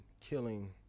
killing